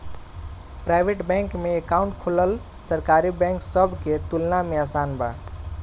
private bank में account खोलल सरकारी बैंक सब के तुलना में आसान बा